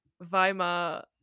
Weimar